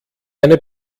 eine